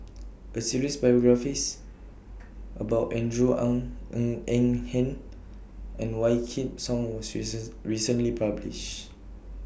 A series biographies about Andrew Ang Ng Eng Hen and Wykidd Song was recent recently published